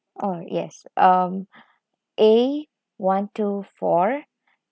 oh yes um A one two four